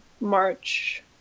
March